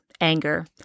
Anger